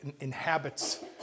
inhabits